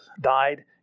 died